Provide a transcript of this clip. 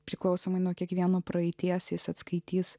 priklausomai nuo kiekvieno praeities jis atskaitys